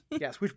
yes